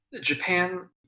Japan